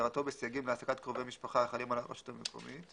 - כהגדרתו בסייגים להעסקת קרובי משפחה החלים על הרשות המקומית,